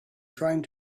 trying